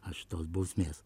aš tos bausmės